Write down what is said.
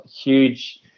huge